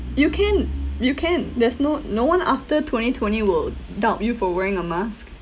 you can you can there's no no one after twenty twenty will doubt you for wearing a mask